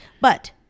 But-